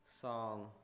song